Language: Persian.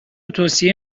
توصیه